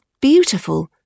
beautiful